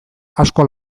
asko